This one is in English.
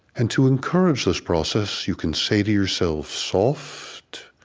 and to encourage this process you can say to yourself, soft,